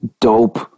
dope